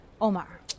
Omar